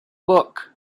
book